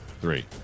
three